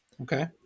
Okay